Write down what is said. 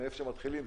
מאיפה שמתחילים,